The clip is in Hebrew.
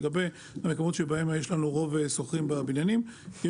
לגבי מקומות שבהם יש לנו רוב של שוכרים בבניינים יש